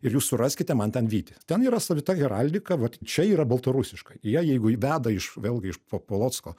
ir jūs suraskite man ten vytį ten yra savita heraldika vat čia yra baltarusiškai jie jeigu veda iš vėlgi iš polocko